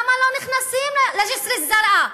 למה לא נכנסים לג'סר-א-זרקא?